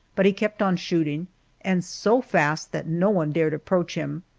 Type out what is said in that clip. but he kept on shooting and so fast that no one dared approach him.